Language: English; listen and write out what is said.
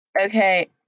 Okay